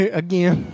again